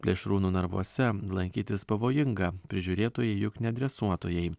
plėšrūnų narvuose lankytis pavojinga prižiūrėtojai juk ne dresuotojai